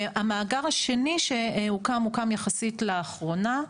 המאגר השני שהוקם, הוקם יחסית לאחרונה.